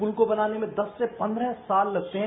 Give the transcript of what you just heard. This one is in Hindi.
पुल को बनाने में दस से प्रदंह साल लगते हैं